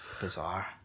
Bizarre